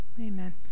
Amen